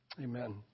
Amen